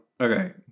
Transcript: Okay